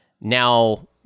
Now